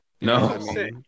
No